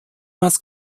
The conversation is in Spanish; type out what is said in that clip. más